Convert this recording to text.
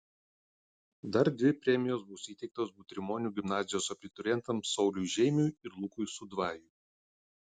dar dvi premijos bus įteiktos butrimonių gimnazijos abiturientams sauliui žeimiui ir lukui sudvajui